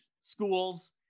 schools